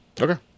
okay